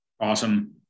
Awesome